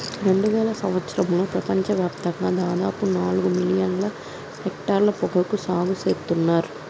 రెండువేల సంవత్సరంలో ప్రపంచ వ్యాప్తంగా దాదాపు నాలుగు మిలియన్ల హెక్టర్ల పొగాకు సాగు సేత్తున్నర్